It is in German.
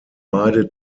beide